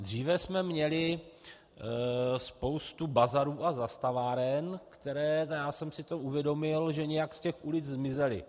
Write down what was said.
Dříve jsme měli spoustu bazarů a zastaváren, které a já jsem si to uvědomil nějak z těch ulic zmizely.